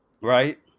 Right